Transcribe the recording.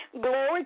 Glory